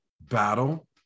battle